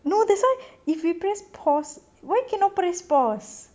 no that's why if we press pause why cannot press pause